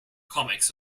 comics